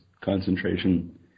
concentration